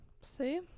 see